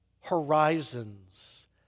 horizons